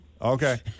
Okay